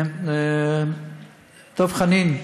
דב חנין,